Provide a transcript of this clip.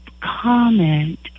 comment